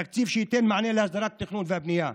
תקציב שייתן מענה להסדרת התכנון והבנייה.